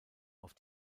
auf